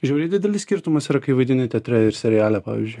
žiauriai didelis skirtumas yra kai vaidini teatre ir seriale pavyzdžiui